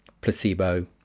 placebo